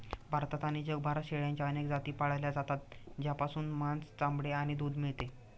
भारतात आणि जगभरात शेळ्यांच्या अनेक जाती पाळल्या जातात, ज्यापासून मांस, चामडे आणि दूध मिळते